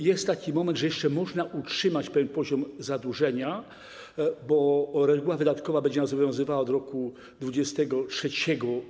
Jest taki moment, że jeszcze można utrzymać pewien poziom zadłużenia, bo reguła wydatkowa będzie nas obowiązywała od roku 2023.